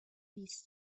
بیست